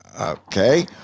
Okay